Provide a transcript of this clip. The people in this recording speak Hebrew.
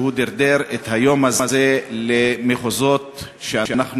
חבל שהוא דרדר את היום הזה למחוזות שאנחנו,